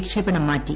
വിക്ഷേപണം മാറ്റി